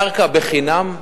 קרקע בחינם,